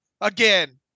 again